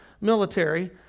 military